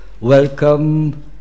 welcome